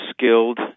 skilled